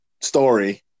story